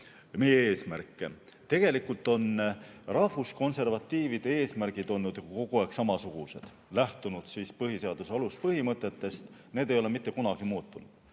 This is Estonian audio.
teistmoodi. Tegelikult on rahvuskonservatiivide eesmärgid olnud kogu aeg samasugused, lähtunud põhiseaduse aluspõhimõtetest. Need ei ole mitte kunagi muutunud. Nüüd